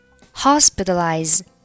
Hospitalize